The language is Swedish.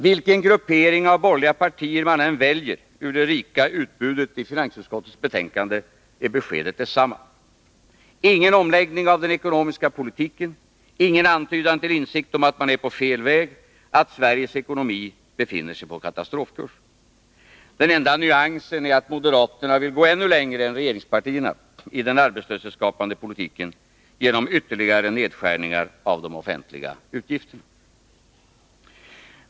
Vilken gruppering av borgerliga partier man än väljer ur det rika utbudet i finansutskottets betänkande, är beskedet detsamma. Ingen omläggning av den ekonomiska politiken, ingen antydan till insikt om att man är på fel väg, att Sveriges ekonomi befinner sig på katastrofkurs. Den enda nyansen är att moderaterna vill gå ännu längre än regeringspartierna i den arbetslöshetsskapande politiken genom ytterligare nedskärningar av de offentliga utgifterna.